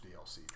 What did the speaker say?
DLC